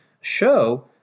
show